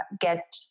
get